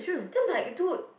then I'm like dude